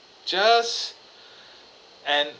just and